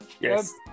Yes